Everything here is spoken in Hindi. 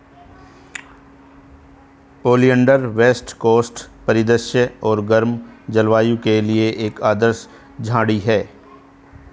ओलियंडर वेस्ट कोस्ट परिदृश्य और गर्म जलवायु के लिए एक आदर्श झाड़ी है